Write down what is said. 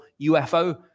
UFO